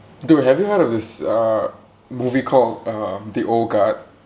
dude have you heard of this uh movie called uh the old guard